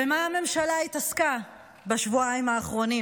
במה הממשלה התעסקה בשבועיים האחרונים?